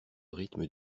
rythme